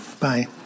bye